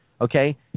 Okay